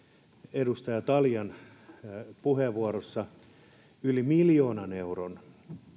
edustaja taljan puheenvuorossa yli miljoonan euron